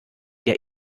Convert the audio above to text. der